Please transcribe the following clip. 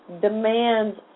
demands